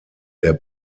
der